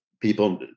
people